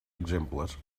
exemples